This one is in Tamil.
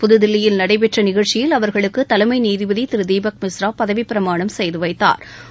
புததில்லியில் நடைபெற்ற நிகழ்ச்சியில் அவர்களுக்கு தலைமை நீதிபதி திரு தீபக் மிஸ்ரா பதவிப்பிரமாணம் செய்து வைத்தாா்